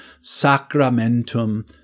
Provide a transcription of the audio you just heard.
sacramentum